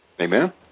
Amen